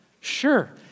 Sure